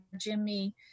Jimmy